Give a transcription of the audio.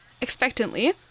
expectantly